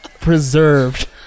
preserved